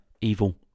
evil